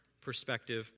perspective